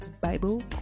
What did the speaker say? Bible